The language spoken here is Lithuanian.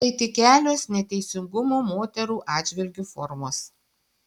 tai tik kelios neteisingumo moterų atžvilgiu formos